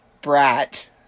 brat